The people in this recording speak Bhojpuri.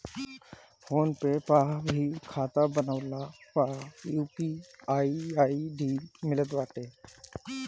फ़ोन पे पअ भी खाता बनवला पअ यू.पी.आई आई.डी मिलत बाटे